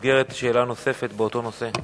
שאלה נוספת באותו נושא.